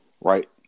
Right